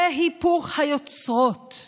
זה היפוך היוצרות,